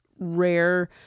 rare